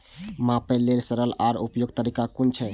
मापे लेल सरल आर उपयुक्त तरीका कुन छै?